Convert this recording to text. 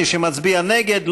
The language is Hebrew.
מי שמצביע נגד,